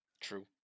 True